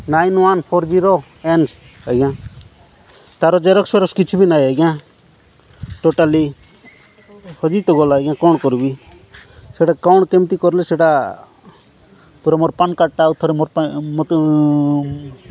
nine one four zero N ଆଜ୍ଞା ତା'ର xerox ଫେରକ୍ସ କିଛି ବି ନାହିଁ ଆଜ୍ଞା ଟୋଟାଲି ହଜିିତ ଗଲା ଆଜ୍ଞା କ'ଣ କରିବି ସେଇଟା କ'ଣ କେମିତି କରିଲେ ସେଇଟା ପୁରା ମୋର ପାନ୍ କାର୍ଡ଼ଟା ଆର ଥରେ ମୋର ପାଇଁ ମୋତେ